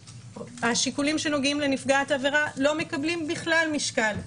השיקולים שנוגעים לנפגעת עבירה לא מקבלים בכלל משקל.